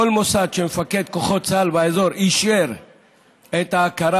כל מוסד שמפקד כוחות צה"ל באזור אישר את ההכרה